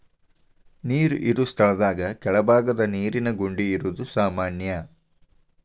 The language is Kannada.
ನೇರ ಇರು ಸ್ಥಳದಾಗ ಕೆಳಬಾಗದ ನೇರಿನ ಗುಂಡಿ ಇರುದು ಸಾಮಾನ್ಯಾ